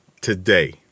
today